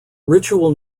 ritual